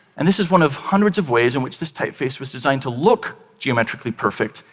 and this is one of hundreds of ways in which this typeface was designed to look geometrically perfect,